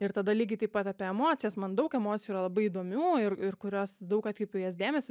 ir tada lygiai taip pat apie emocijas man daug emocijų yra labai įdomių ir ir kurios daug atkreipiu į jas dėmesį